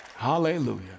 Hallelujah